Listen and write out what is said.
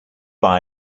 buy